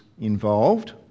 involved